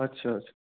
আচ্ছা আচ্ছা